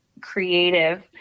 creative